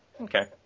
Okay